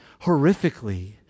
horrifically